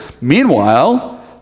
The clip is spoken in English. Meanwhile